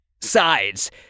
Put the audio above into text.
Sides